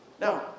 No